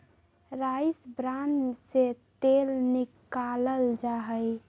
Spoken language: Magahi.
राइस ब्रान से तेल निकाल्ल जाहई